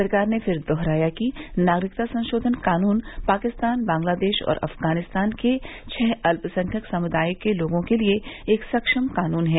सरकार ने फिर दोहराया है कि नागरिकता संशोधन कानून पाकिस्तान बांग्लादेश और अफ़ग़ानिस्तान के छह अल्यसंख्यक समुदायों के लोगों के लिए एक सक्षम क़ानून है